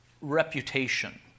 reputation